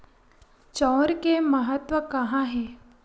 चांउर के महत्व कहां हे?